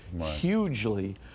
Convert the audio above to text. hugely